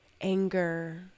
anger